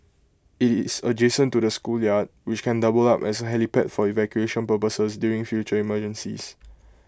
IT is adjacent to the schoolyard which can double up as A helipad for evacuation purposes during future emergencies